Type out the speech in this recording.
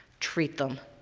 treat them,